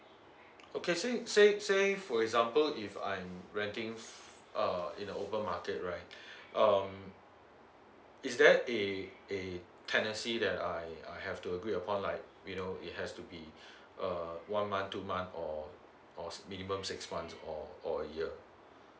okay so you say say for example if I'm renting uh in open market right um is there a a tendency that I I have to agree upon like you know it has to be uh one month two month or or minimum six months or a year